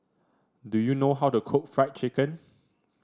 do you know how to cook Fried Chicken